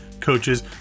coaches